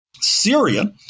Syria